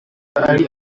ari